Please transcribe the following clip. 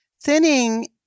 Thinning